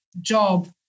job